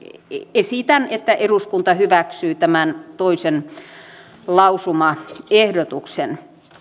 esitän että eduskunta hyväksyy tämän toisen lausumaehdotuksen